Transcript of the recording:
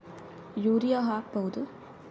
Urea ಹಾಕ್ ಬಹುದ?